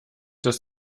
dass